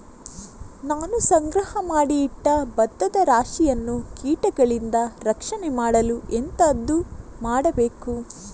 ನಾನು ಸಂಗ್ರಹ ಮಾಡಿ ಇಟ್ಟ ಭತ್ತದ ರಾಶಿಯನ್ನು ಕೀಟಗಳಿಂದ ರಕ್ಷಣೆ ಮಾಡಲು ಎಂತದು ಮಾಡಬೇಕು?